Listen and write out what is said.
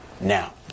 Now